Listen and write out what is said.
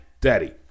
Daddy